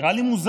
נראה לי מוזר,